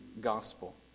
gospel